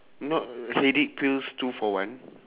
not headache pills two for one